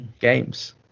games